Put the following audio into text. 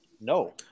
No